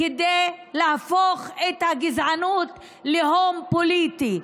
כדי להפוך את הגזענות להון פוליטי,